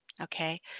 Okay